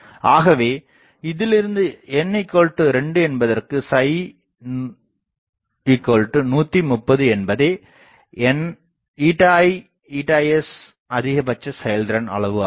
ஆகவே இதிலிருந்து n2 என்பதற்கு ψ 130 என்பதே ηi ηs அதிகபட்ச செயல்திறன் அளவு ஆகும்